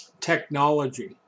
technology